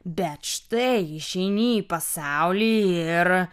bet štai išeini į pasaulį ir